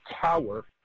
tower